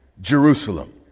Jerusalem